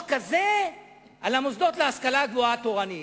כזה על המוסדות להשכלה גבוהה התורניים,